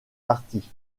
parties